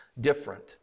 different